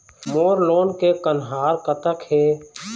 मोर loan के कन्हार कतक हे?